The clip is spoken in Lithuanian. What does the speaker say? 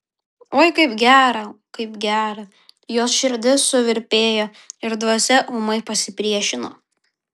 oi kaip gera kaip gera jos širdis suvirpėjo ir dvasia ūmai pasipriešino